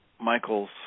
Michael's